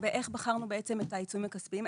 לגבי איך בחרנו בעצם את העצומים הכספיים,